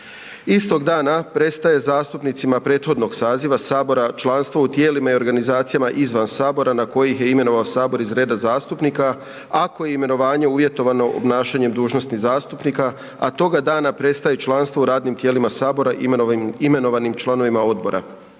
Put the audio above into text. Istog dana prestaje zastupnicima prethodnog saziva sabora članstvo u tijelima i organizacijama izvan sabora na koje ih je imenovao sabor iz reda zastupnika ako je imenovanje uvjetovano obnašanjem dužnosti zastupnika, a toga dana prestaje i članstvo u radnim tijelima sabora imenovanim članovima odbora.